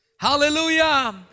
Hallelujah